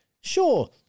sure